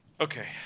Okay